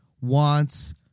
wants